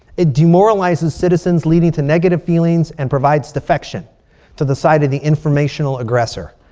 it demoralizes citizens, leading to negative feelings. and provides defection to the side of the informational aggressor.